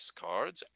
cards